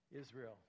Israel